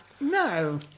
No